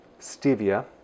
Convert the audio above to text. stevia